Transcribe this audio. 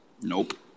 Nope